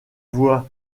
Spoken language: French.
voit